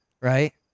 right